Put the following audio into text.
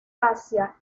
asia